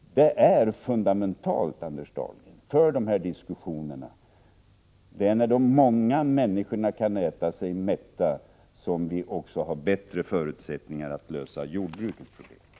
Det är fundamentalt, Anders Dahlgren, för dessa diskussioner. Det är när de många människorna kan äta sig mätta som vi har bättre förutsättningar att lösa även jordbrukets problem.